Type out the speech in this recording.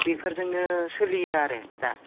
बेफोरजोंनो सोलियो आरो दा